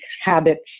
habits